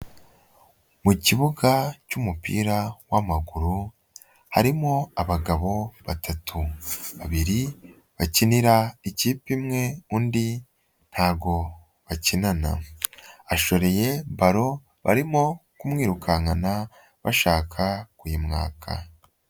Mu kibuga cy'umupira w'amaguru, harimo abagabo batatu, babiri bakinira ikipe imwe, undi ntabwo bakinana. Ashoreye balo, barimo kumwirukankana, bashaka kuyimwaka.